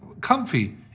comfy